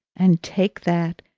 and take that,